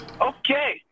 Okay